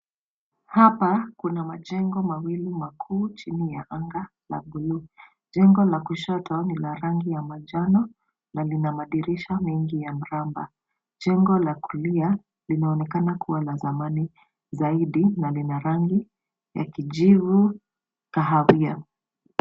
Hapa kuna majengo mawili makuu chini ya anga la buluu. Jengo la kushoto ni la rangi ya manjano na lina madirisha mengi ya mraba. Jengo la kulia linaonekana kuwa la zamani zaidi na lina rangi ya kijivu kahawia.